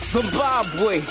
Zimbabwe